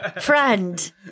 Friend